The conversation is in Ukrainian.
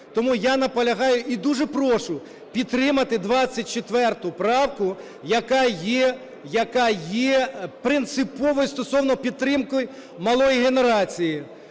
Тому я наполягаю і дуже прошу підтримати 24 правку, яка є принциповою стосовно підтримки малої генерації.